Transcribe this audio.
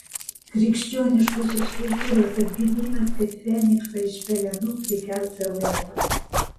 krikščioniškosios kultūros atgimimas kaip feniksą iš pelenų prikels europą